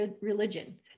religion